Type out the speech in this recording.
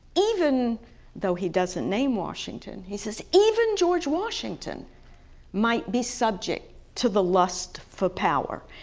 even though he doesn't name washington, he says even george washington might be subject to the lust for power.